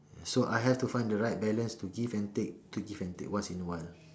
so I have to find the right balance to give and take to give and take once in a while